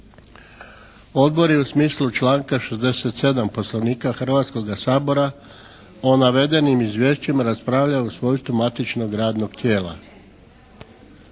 Odbor je u smislu članka 67. Poslovnika Hrvatskoga sabora o navedenim izvješćima raspravljao u svojstvu matičnog radnog tijela.